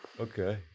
Okay